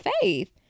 faith